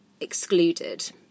excluded